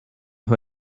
who